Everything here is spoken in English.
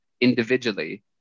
individually